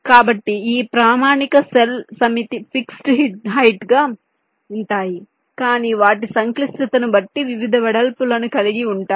కాబట్టి ఈ ప్రామాణిక సెల్ సమితి ఫిక్స్డ్ హైట్ గా ఉంటాయి కానీ వాటి సంక్లిష్టతను బట్టి వివిధ వెడల్పులను కలిగి ఉంటాయి